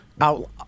out